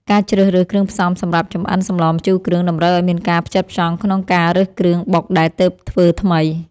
ការជ្រើសរើសគ្រឿងផ្សំសម្រាប់ចំអិនសម្លម្ជូរគ្រឿងតម្រូវឱ្យមានការផ្ចិតផ្ចង់ក្នុងការរើសគ្រឿងបុកដែលទើបធ្វើថ្មី។